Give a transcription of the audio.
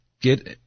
Get